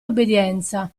obbedienza